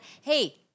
hey